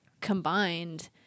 combined